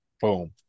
Boom